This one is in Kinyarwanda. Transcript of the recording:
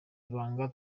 ibanga